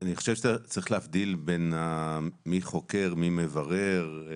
אני חושב שאתה צריך להבדיל בין מי חוקר, מי מברר.